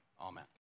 Amen